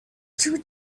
too